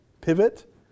pivot